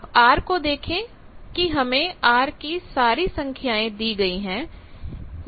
आप R को देखें कि हमें R की सारी संख्याएं दी गई हैं